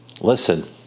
Listen